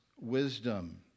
wisdom